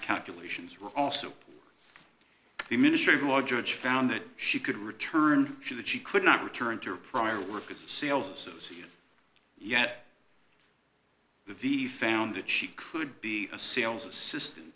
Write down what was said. calculations were also the minister who are judge found that she could return to that she could not return to her prior work as a sales associate yet the v found that she could be a sales assistant